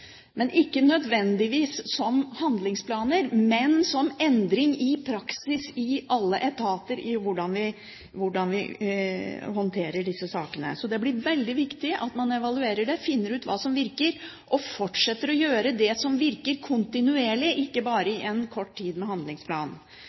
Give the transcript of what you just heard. ikke nødvendigvis som handlingsplaner, men som endring av praksis i alle etater med hensyn til hvordan man håndterer disse sakene. Så er det veldig viktig at man evaluerer dette, finner ut hva som virker, og fortsetter å gjøre det som virker, kontinuerlig, ikke bare